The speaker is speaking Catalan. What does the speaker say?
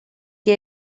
que